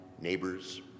neighbors